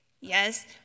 Yes